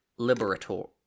Liberator